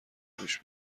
دوش